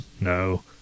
No